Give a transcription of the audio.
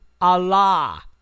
Allah